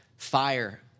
Fire